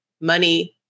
money